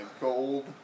gold